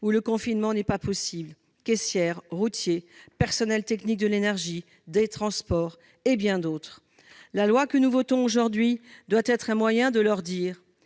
où le confinement n'est pas possible- caissières, routiers, personnels techniques de l'énergie, des transports, et bien d'autres. Le projet de loi que nous allons voter aujourd'hui doit être un moyen de leur dire